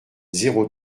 zéro